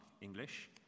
English